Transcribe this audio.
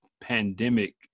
pandemic